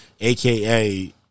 aka